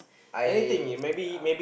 I uh